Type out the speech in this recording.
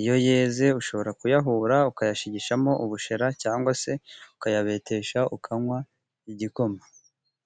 Iyo yeze ushobora kuyahura ukayashigishamo ubushera, cyangwa se ukayabetesha ukanywa igikoma.